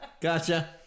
Gotcha